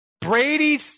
Brady